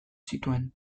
zituen